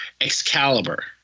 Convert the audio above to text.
Excalibur